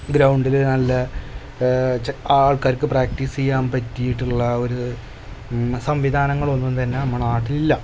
ഗ്രൗണ്ടിൽ നല്ല ആൾക്കാർക്ക് പ്രാക്റ്റീസ് ചെയ്യാൻ പറ്റിയിട്ടുള്ള ഒരു സംവിധാനങ്ങളൊന്നും തന്നെ നമ്മുടെ നാട്ടിലില്ല